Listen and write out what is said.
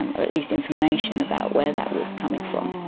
um or at least information about where that wood is coming from.